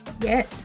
Yes